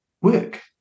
work